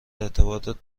ارتباطات